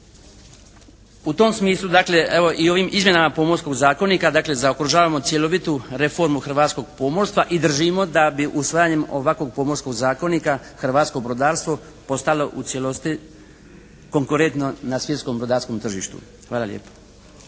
U tom smislu dakle evo i ovim izmjenama Pomorskog zakonika, dakle zaokružavamo cjelovitu reformu hrvatskog pomorstva i držimo da bi usvajanjem ovakvog pomorskog zakonika hrvatsko brodarstvo postalo u cijelosti konkurentno na svjetskom brodarskom tržištu. Hvala lijepa.